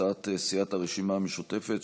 הצעת סיעת הרשימה המשותפת,